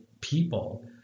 people